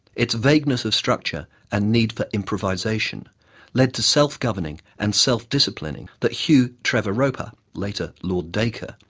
its vagueness of structure and need for improvisation led to self-governing and self-disciplining that hugh trevor-roper, later lord dacre,